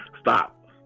stop